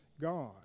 God